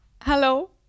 hello